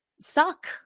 suck